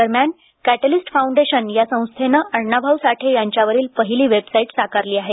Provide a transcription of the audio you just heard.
दरम्यान catalyst foundation या संस्थेनं अण्णा भाऊ साठे यांच्या वरील पहिली वेबसाईट साकारली आहे